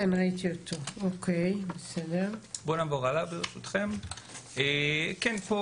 אם אנחנו